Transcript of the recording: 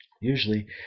usually